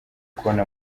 kubona